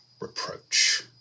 reproach